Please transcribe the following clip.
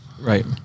Right